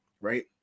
right